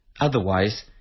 otherwise